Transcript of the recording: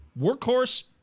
workhorse